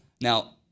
Now